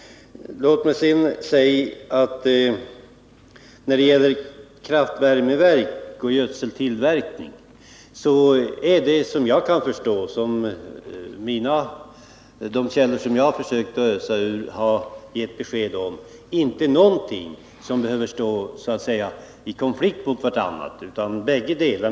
Låt mig sedan i frågan om kraftvärmeverk eller gödseltillverkning säga att det, såvitt jag kan förstå och enligt vad de källor jag försökt ösa ur har givit besked om, inte behöver vara någon konflikt mellan dessa båda företeelser.